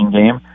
game